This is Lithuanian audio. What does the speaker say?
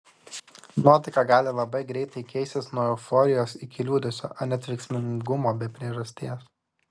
nuotaika gali labai greitai keistis nuo euforijos iki liūdesio ar net verksmingumo be priežasties